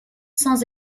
sans